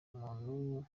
muntu